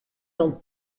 dans